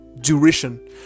duration